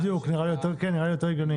כן, נראה לי יותר הגיוני.